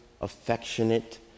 affectionate